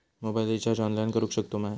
Mobile recharge online करुक शकतू काय?